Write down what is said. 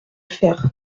faire